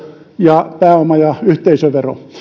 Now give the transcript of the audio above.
ja pääoma ja yhteisövero